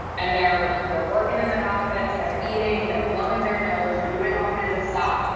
and they're, they're working in their office, they're eating, they're blowing their nose, they're doing all kinds of stuff.